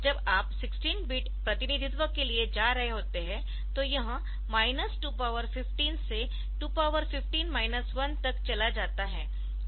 जब आप 16 बिट प्रतिनिधित्व के लिए जा रहे होते है तो यह 215 से 215 1 तक चला जाता है